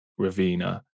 Ravina